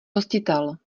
hostitel